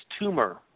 tumor